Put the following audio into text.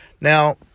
Now